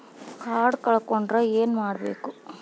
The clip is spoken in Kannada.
ಕಾರ್ಡ್ ಕಳ್ಕೊಂಡ್ರ ಏನ್ ಮಾಡಬೇಕು?